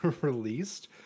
released